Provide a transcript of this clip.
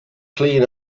clean